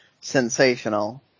sensational